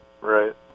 Right